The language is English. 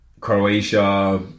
Croatia